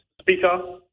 Speaker